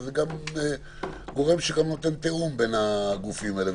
וזה גם משהו שנותן תיאום בין הגופים האלה.